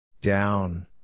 Down